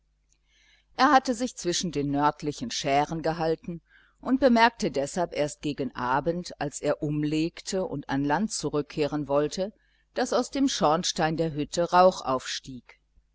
er hatte sich zwischen den nördlichen schären gehalten und bemerkte deshalb erst gegen abend als er umlegte und an land zurückkehren wollte daß aus dem schornstein der hütte rauch aufstieg